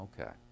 okay